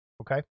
Okay